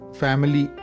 family